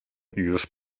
już